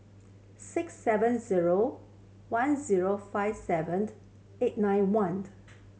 six seven zero one zero five seven eight nine one